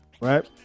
right